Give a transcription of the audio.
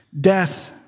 Death